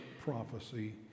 prophecy